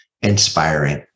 inspiring